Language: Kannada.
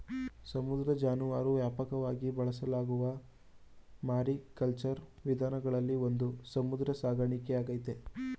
ಸಮುದ್ರ ಜಾನುವಾರು ವ್ಯಾಪಕವಾಗಿ ಬಳಸಲಾಗುವ ಮಾರಿಕಲ್ಚರ್ ವಿಧಾನಗಳಲ್ಲಿ ಒಂದು ಸಮುದ್ರ ಸಾಕಣೆಯಾಗೈತೆ